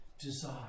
desire